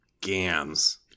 gams